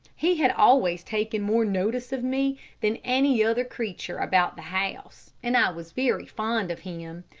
he had always taken more notice of me than any other creature about the house, and i was very fond of him.